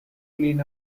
clean